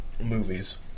Movies